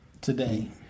today